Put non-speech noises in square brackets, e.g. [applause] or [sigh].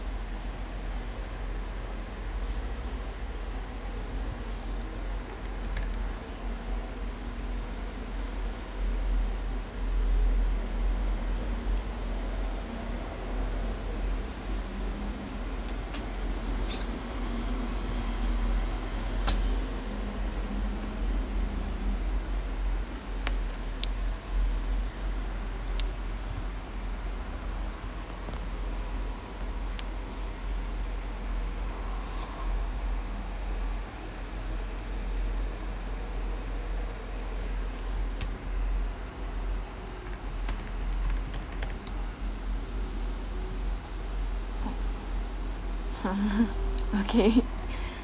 [laughs] okay [breath]